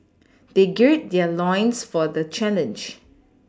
they gird their loins for the challenge